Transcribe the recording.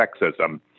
sexism